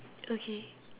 okay